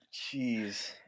Jeez